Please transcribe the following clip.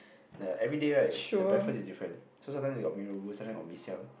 the everyday right the breakfast is different so sometimes they go mee rebus sometimes they got mee-siam